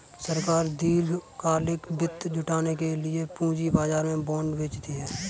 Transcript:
सरकार दीर्घकालिक वित्त जुटाने के लिए पूंजी बाजार में बॉन्ड बेचती है